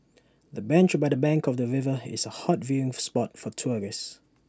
the bench by the bank of the river is A hot viewing spot for tourists